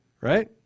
Right